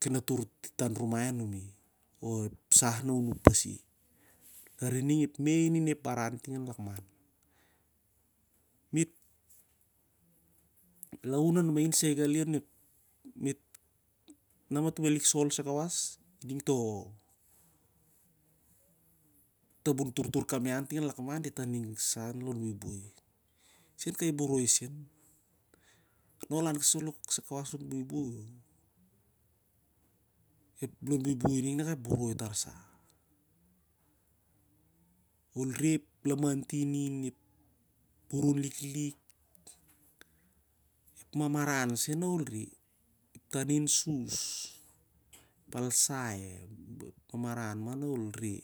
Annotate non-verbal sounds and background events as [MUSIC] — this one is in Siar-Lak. ken atur ti tan rumai anumi. O ep sah na unuk pasi lari ning ep mein inep baran ting an lakman. Me't laun an mahin sai gale onep, [UNINTELLIGIBLE] na mato malik sol saikaawas, ining toh tabun turtur kam ian ting lakman dit ianing sa an long buinbui isen kai boroi sen na ol lan saloh kasdai kawas lon buibui, ep lon buibui ning kanak kep boroi tarsa. Ol reh ep lamantin in- ep burun liklik, ep mamaran sen na ol reh, ep tanin sus, ep palsai, ep mamaran mah na ol reh.